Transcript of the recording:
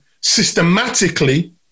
systematically